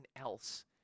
else